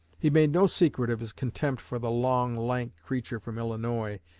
he made no secret of his contempt for the long, lank creature from illinois,